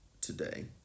today